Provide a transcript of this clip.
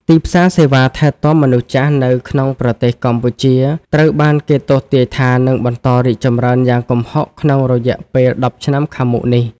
ទីផ្សារសេវាថែទាំមនុស្សចាស់នៅក្នុងប្រទេសកម្ពុជា ត្រូវបានគេទស្សន៍ទាយថានឹងបន្តរីកចម្រើនយ៉ាងគំហុកក្នុងរយៈពេលដប់ឆ្នាំខាងមុខនេះ។